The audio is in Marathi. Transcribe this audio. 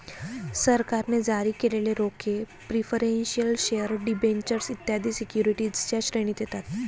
सरकारने जारी केलेले रोखे प्रिफरेंशियल शेअर डिबेंचर्स इत्यादी सिक्युरिटीजच्या श्रेणीत येतात